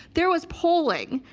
there was polling,